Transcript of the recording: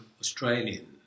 Australian